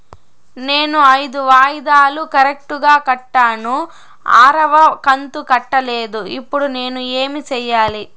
నేను ఐదు వాయిదాలు కరెక్టు గా కట్టాను, ఆరవ కంతు కట్టలేదు, ఇప్పుడు నేను ఏమి సెయ్యాలి?